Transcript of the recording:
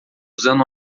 usando